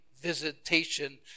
visitation